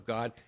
God